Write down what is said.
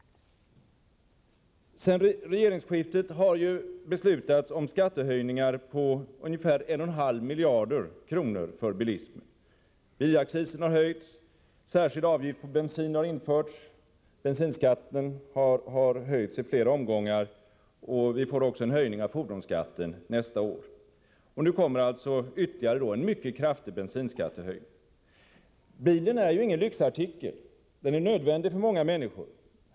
Sedan regeringsskiftet har det beslutats om skattehöjningar på ungefär 1 1/2 miljard för bilismen. Bilaccisen har höjts, en särskild avgift på bensin har införts, bensinskatten har höjts i flera omgångar, och vi får också en höjning av fordonsskatten nästa år. Och nu kommer ytterligare en mycket kraftig bensinskattehöjning. Bilen är ju ingen lyxartikel. Den är nödvändig för många människor.